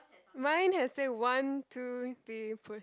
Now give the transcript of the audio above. mine has say one two three push